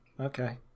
Okay